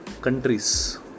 countries